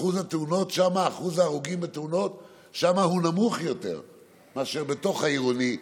אחוז ההרוגים בתאונות שם נמוך יותר מאשר בעירוני.